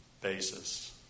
basis